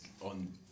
on